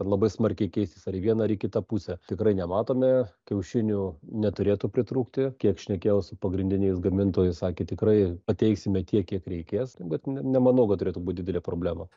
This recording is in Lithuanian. labai smarkiai keisis ar į vieną ar į kitą pusę tikrai nematome kiaušinių neturėtų pritrūkti kiek šnekėjau su pagrindiniais gamintojais sakė tikrai pateiksime tiek kiek reikės bet nemanau kad turėtų būt didelė problema